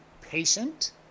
patient